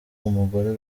umugore